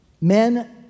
Men